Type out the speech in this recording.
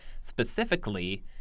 specifically